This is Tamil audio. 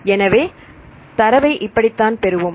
எனவே தரவை இப்படித்தான் பெறுவோம்